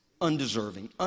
undeserving